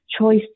choice